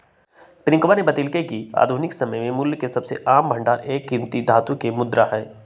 प्रियंकवा ने बतल्ल कय कि आधुनिक समय में मूल्य के सबसे आम भंडार एक कीमती धातु के मुद्रा हई